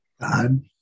God